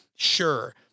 Sure